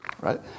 right